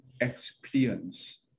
experience